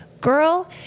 Girl